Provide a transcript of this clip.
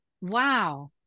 wow